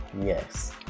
yes